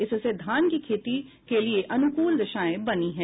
इससे धान की खेती के लिए अनुकूल दशाएं बनी हैं